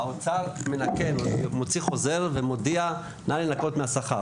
האוצר מוציא חוזר ומודיע - נא לנכות מהשכר.